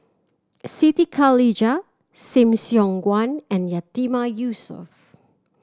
Siti Khalijah Lim Siong Guan and Yatiman Yusof